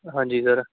ਹਾਂਜੀ ਸਰ